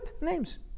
names